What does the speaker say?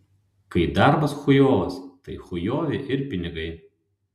kai darbas chujovas tai chujovi ir pinigai